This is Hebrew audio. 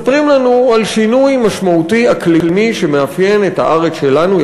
מספרים לנו על שינוי משמעותי אקלימי שמאפיין את הארץ שלנו,